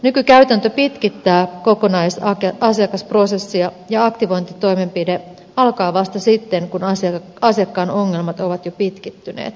nykykäytäntö pitkittää kokonaisasiakasprosessia ja aktivointitoimenpide alkaa vasta sitten kun asiakkaan ongelmat ovat jo pitkittyneet